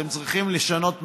אתם צריכים לשנות מגמה.